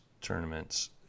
tournaments